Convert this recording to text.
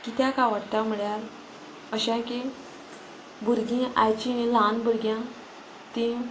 कित्याक आवडटा म्हळ्यार अशें की भुरगीं आयची ही ल्हान भुरग्यां ती